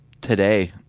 today